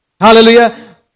Hallelujah